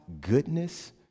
goodness